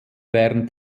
während